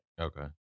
Okay